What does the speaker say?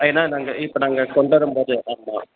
ஏன்னா நாங்கள் இப்போ நாங்கள் கொண்டாரும்போது ஆமா